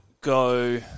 go